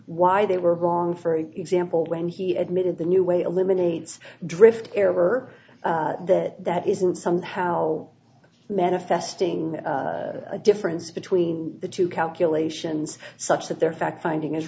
why they were wrong for example when he admitted the new way eliminates drift ever that that isn't somehow manifesting a difference between the two calculations such that their fact finding is